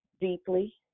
deeply